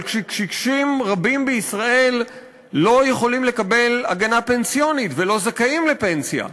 אבל קשישים רבים בישראל לא יכולים לקבל הגנה פנסיונית ולא זכאים לפנסיה.